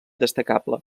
destacable